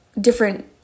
different